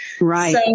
Right